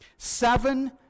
Seven